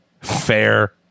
Fair